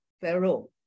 Pharaoh